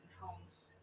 homes